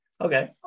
okay